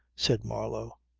said marlow.